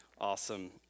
Awesome